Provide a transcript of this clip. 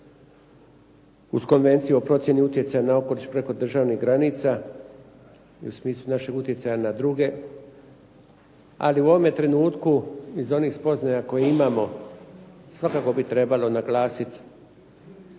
uz Konvenciju o procjeni utjecaja na okoliš preko državnih granica i u smislu našeg utjecaja na druge. Ali u ovom trenutku iz onih spoznaja koje imamo svakako bi trebalo naglasiti